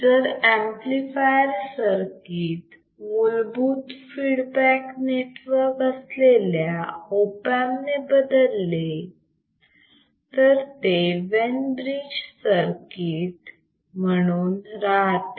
जर amplifier circuit मूलभूत feedback network असलेल्या ऑप एमप ने बदलले तर ते वेन ब्रिज सर्किट म्हणून राहते